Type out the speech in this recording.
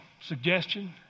suggestion